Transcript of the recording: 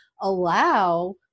allow